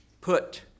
Put